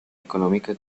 económica